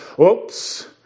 oops